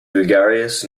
gregarious